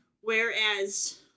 whereas